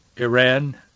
Iran